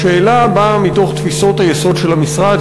והשאלה באה מתוך תפיסות היסוד של המשרד,